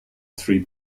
three